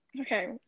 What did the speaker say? Okay